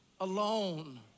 alone